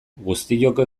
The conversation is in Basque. guztiok